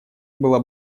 была